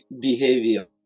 behavior